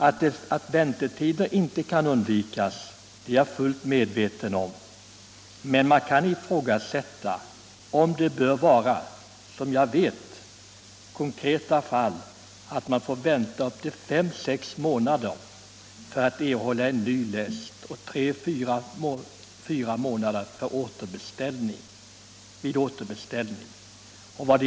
Att väntetider inte kan undvikas har jag fullt klart för mig, men man kan ifrågasätta om dessa bör få vara så långa. Jag känner till konkreta fall där man får vänta upp till 5-6 månader för att erhålla ny läst och 3-4 månader vid återbeställning.